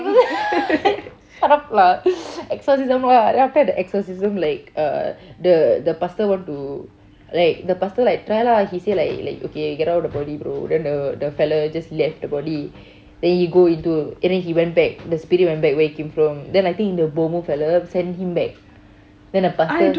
shut up lah exorcism lah then after that the exorcism like uh the the pastor want to right the pastor like try ah he say like like okay you get out of the body bro then the fellow just left the body then he go into and then he went back the spirit went back where it came from then I think the bomoh fellow send him back then the pastor